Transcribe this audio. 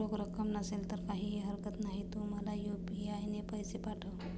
रोख रक्कम नसेल तर काहीही हरकत नाही, तू मला यू.पी.आय ने पैसे पाठव